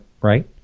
right